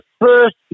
first